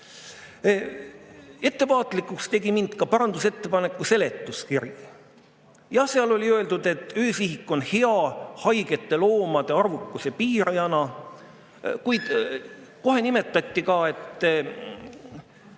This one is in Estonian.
Ettevaatlikuks tegi mind ka parandusettepaneku seletuskiri. Jah, seal oli öeldud, et öösihik on hea haigete loomade arvukuse piirajana, kuid kohe nimetati ka, et